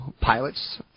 pilots